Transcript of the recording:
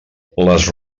les